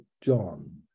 john